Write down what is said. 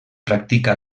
practica